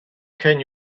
can